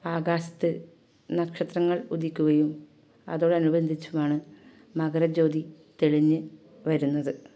ആകാശത്ത് നക്ഷത്രങ്ങൾ ഉദിക്കുകയും അതോടനുബന്ധിച്ചുമാണ് മകരജ്യോതി തെളിഞ്ഞു വരുന്നത്